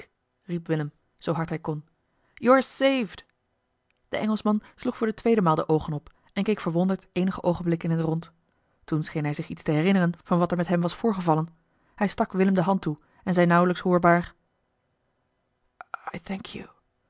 riep willem zoo hard hij kon you are saved e ngelschman sloeg voor de tweede maal de oogen op en keek verwonderd eenige oogenblikken in t rond toen scheen hij zich iets te herinneren van wat er met hem was voorgevallen hij stak willem de hand toe en zei nauwelijks hoorbaar